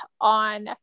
on